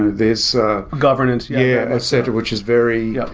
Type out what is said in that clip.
this governance yeah, etc, which is very,